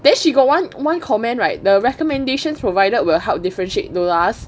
then she got one one comment right the recommendations provided will help differentiate the last